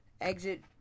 exit